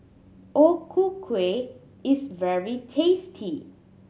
O Ku Kueh is very tasty